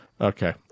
Okay